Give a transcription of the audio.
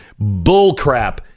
Bullcrap